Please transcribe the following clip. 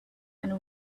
and